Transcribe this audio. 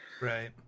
Right